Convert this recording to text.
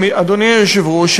אדוני היושב-ראש,